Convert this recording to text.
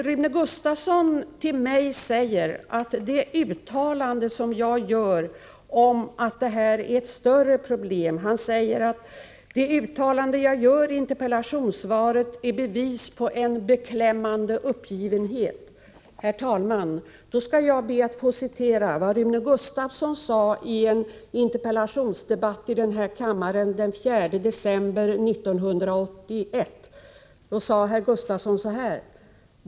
Rune Gustavsson säger till mig att det uttalande som jag gör i interpellationssvaret — att det är fråga om ett större problem — är bevis på en beklämmande uppgivenhet. Herr talman! Då skall jag be att få citera vad Rune Gustavsson sade i en interpellationsdebatt i den här kammaren den 4 december 1981.